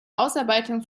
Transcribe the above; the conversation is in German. ausarbeitung